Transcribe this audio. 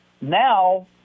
Now